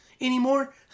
anymore